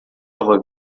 salva